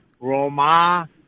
Roma